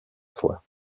foi